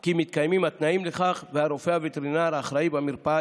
כי מתקיימים התנאים לכך והרופא הווטרינר האחראי במרפאה